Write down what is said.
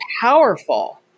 powerful